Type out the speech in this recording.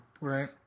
Right